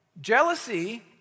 Jealousy